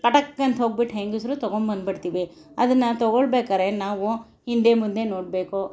ಪಟಕ್ ಅಂತ ಹೋಗ್ಬಿಟ್ಟು ಹೆಂಗಸರು ತಗೊಂಬಂದ್ಬಿಡ್ತೀವಿ ಅದನ್ನು ತಗೊಳ್ಬೇಕಾರೆ ನಾವು ಹಿಂದೆ ಮುಂದೆ ನೋಡಬೇಕು